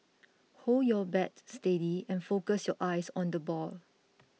hold your bat steady and focus your eyes on the ball